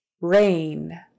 rain